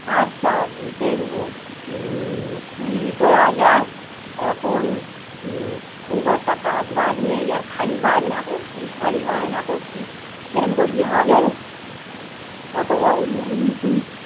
আচ্ছা দেখবো কী দেওয়া যায় এখন খুব একটা কাজ বাজ নেই আর খালি বাজনা করছিস খালি বায়না করছিস এরম করলি হবে অতো বড়ো তুই